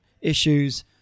issues